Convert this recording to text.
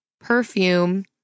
perfume